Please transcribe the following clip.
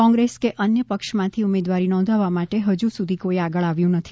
કોંગ્રેસ કે અન્ય પક્ષમાંથી ઉમેદવારી નોંધાવવા માટે હજુ સુધી કોઈ આગળ આવ્યું નથી